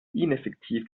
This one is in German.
ineffektiv